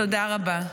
תודה רבה.